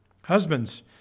Husbands